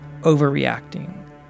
overreacting